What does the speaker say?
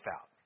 out